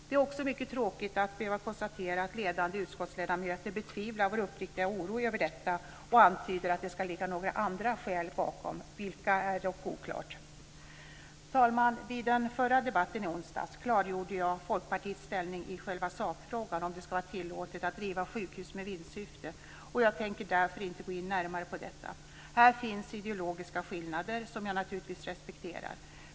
Det är också mycket tråkigt att behöva konstatera att ledande utskottsledamöter betvivlar vår uppriktiga oro över detta och antyder att det ligger andra skäl bakom, vilka är dock oklart. Fru talman! Vid den förra debatten i onsdags klargjorde jag Folkpartiets ställning i själva sakfrågan, om det ska vara tillåtet att driva sjukhus med vinstsyfte. Jag tänker därför inte gå in närmare på detta. Här finns ideologiska skillnader, som jag naturligtvis respekterar.